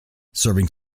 serving